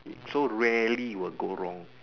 is so rarely it'll go wrong